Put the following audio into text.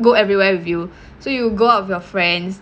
go everywhere with you so you go out with your friends